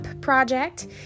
project